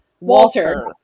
Walter